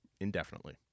indefinitely